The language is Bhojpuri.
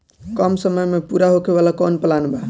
कम समय में पूरा होखे वाला कवन प्लान बा?